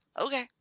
okay